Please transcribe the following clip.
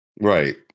Right